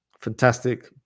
fantastic